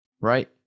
right